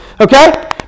Okay